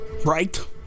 right